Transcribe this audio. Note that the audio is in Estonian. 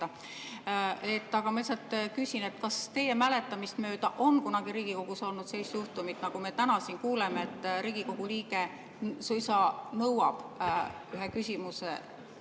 Aga ma lihtsalt küsin, kas teie mäletamist mööda on kunagi Riigikogus olnud sellist juhtumit, nagu me täna siin kuuleme, et Riigikogu liige suisa nõuab ühe küsimuse